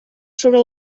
sobre